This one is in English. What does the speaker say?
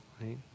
right